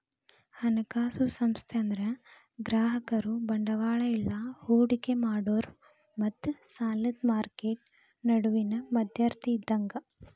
ಹಣಕಾಸು ಸಂಸ್ಥೆ ಅಂದ್ರ ಗ್ರಾಹಕರು ಬಂಡವಾಳ ಇಲ್ಲಾ ಹೂಡಿಕಿ ಮಾಡೋರ್ ಮತ್ತ ಸಾಲದ್ ಮಾರ್ಕೆಟ್ ನಡುವಿನ್ ಮಧ್ಯವರ್ತಿ ಇದ್ದಂಗ